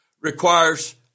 requires